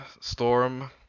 storm